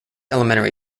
elementary